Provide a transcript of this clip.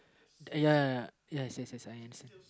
ya ya ya yes yes I understand